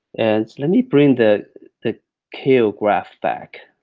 and let me bring the the kill graph back.